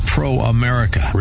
Pro-America